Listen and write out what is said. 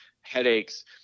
headaches